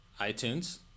iTunes